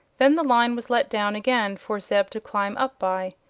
then the line was let down again for zeb to climb up by.